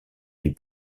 lui